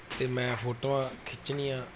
ਅਤੇ ਮੈਂ ਫੋਟੋਆਂ ਖਿੱਚਣੀਆਂ